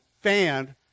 fanned